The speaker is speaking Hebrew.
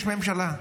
יש ממשלה.